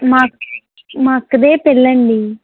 మా అక్ మా అక్కది పెళ్లండి